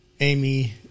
Amy